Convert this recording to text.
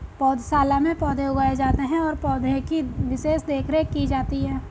पौधशाला में पौधे उगाए जाते हैं और पौधे की विशेष देखरेख की जाती है